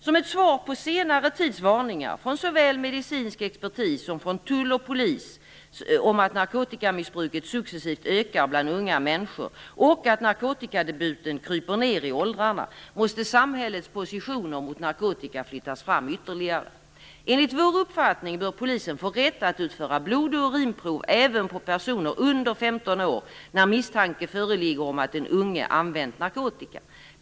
Som ett svar på senare tids varningar från såväl medicinsk expertis som från tull och polis om att narkotikamissbruket successivt ökar bland unga människor och om att narkotikadebuten kryper ned i åldrarna måste samhällets positioner mot narkotikan flyttas fram ytterligare. Enligt Moderaternas uppfattning bör polisen få rätt att utföra blod och urinprov även på personer under 15 år när misstanke föreligger om att den unge använt narkotika.